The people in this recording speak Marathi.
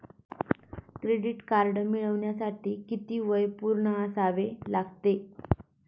क्रेडिट कार्ड मिळवण्यासाठी किती वय पूर्ण असावे लागते?